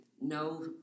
no